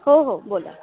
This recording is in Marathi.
हो हो बोला